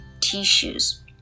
tissues